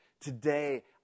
Today